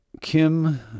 Kim